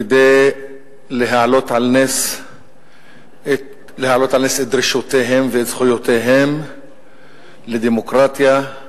כדי להעלות על נס את דרישותיהם ואת זכויותיהם לדמוקרטיה,